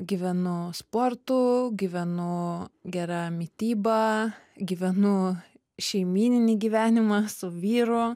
gyvenu sportu gyvenu gera mityba gyvenu šeimyninį gyvenimą su vyru